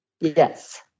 Yes